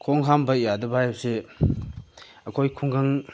ꯈꯣꯡ ꯍꯥꯝꯕ ꯌꯥꯗꯕ ꯍꯥꯏꯕꯁꯦ ꯑꯩꯈꯣꯏ ꯈꯨꯡꯒꯪ